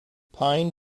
pine